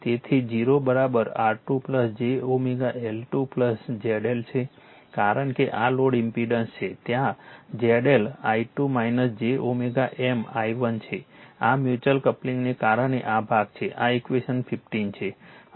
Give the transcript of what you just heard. તેથી 0 R2 j L2 ZL છે કારણ કે આ લોડ ઇમ્પેડન્સ છે ત્યાં ZL i2 j M i1 છે આ મ્યુચ્યુઅલ કપલિંગને કારણે આ ભાગ છે આ ઈક્વેશન 15 છે